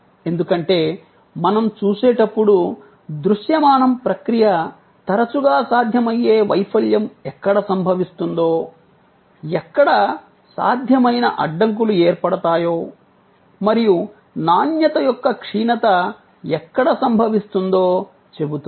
ఎందుకంటే మనం చూసేటప్పుడు దృశ్యమానం ప్రక్రియ తరచుగా సాధ్యమయ్యే వైఫల్యం ఎక్కడ సంభవిస్తుందో ఎక్కడ సాధ్యమైన అడ్డంకులు ఏర్పడతాయో మరియు నాణ్యత యొక్క క్షీణత ఎక్కడ సంభవిస్తుందో చెబుతుంది